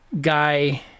Guy